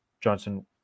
johnson